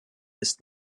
ist